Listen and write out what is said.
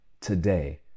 Today